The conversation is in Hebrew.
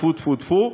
טפו טפו טפו,